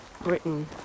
Britain